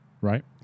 right